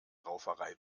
rauferei